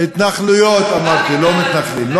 התנחלויות אמרתי, לא מתנחלים.